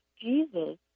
Jesus